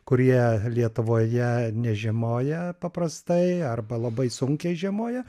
kurie lietuvoje nežiemoja paprastai arba labai sunkiai žiemoja